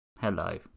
Hello